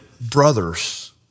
brothers